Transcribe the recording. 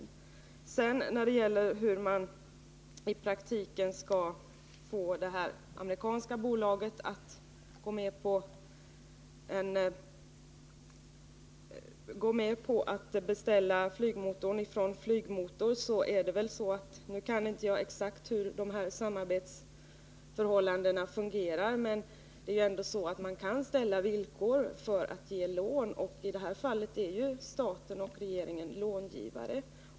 När det sedan gäller frågan om hur man i praktiken skall få det amerikanska bolaget att gå med på att beställa flygmotorn från Volvo Flygmotor, så vet jag inte exakt hur deras samarbete fungerar. Men man kan ställa villkor för att ge lån, och i detta fall är staten och regeringen långivare.